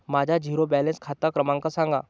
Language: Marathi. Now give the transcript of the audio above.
माझा झिरो बॅलन्स खाते क्रमांक सांगा